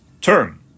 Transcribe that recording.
term